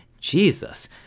Jesus